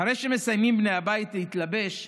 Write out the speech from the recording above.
אחרי שמסיימים בני הבית להתלבש,